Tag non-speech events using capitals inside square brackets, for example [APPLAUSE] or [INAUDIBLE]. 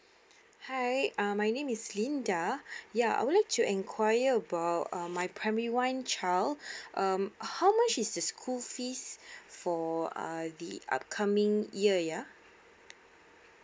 [BREATH] hi uh my name is linda [BREATH] ya I would like to inquire about my primary one child [BREATH] um how much is the school fees for uh the upcoming year ya